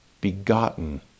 begotten